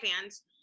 fans